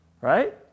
right